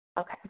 Okay